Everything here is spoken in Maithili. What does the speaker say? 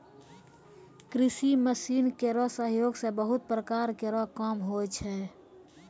कृषि मसीन केरो सहयोग सें बहुत प्रकार केरो काम होय छै